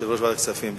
יושב-ראש ועדת הכספים,